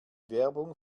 werbung